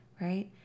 right